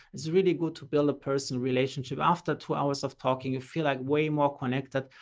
it's really good to build a person relationship after two hours of talking, you feel like way more connected.